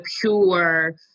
pure